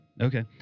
okay